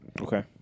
Okay